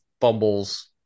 fumbles